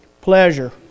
pleasure